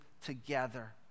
together